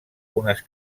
unes